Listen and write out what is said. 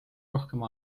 rohkem